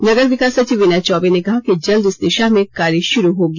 नगर विकास सचिव विनय चौबे ने कहा है कि जल्द इस दिशा में कार्य शुरू होगी